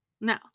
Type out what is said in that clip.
No